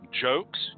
jokes